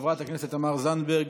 חברת הכנסת תמר זנדברג,